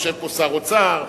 יושב פה שר אוצר לשעבר,